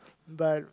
but